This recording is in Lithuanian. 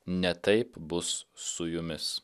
ne taip bus su jumis